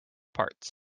parts